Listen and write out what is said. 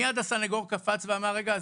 מייד הסניגור קפץ ואמר: רגע,